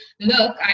look